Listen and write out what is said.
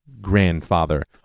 Grandfather